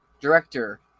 director